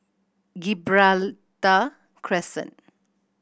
Gibraltar Crescent